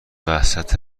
وسط